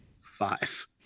Five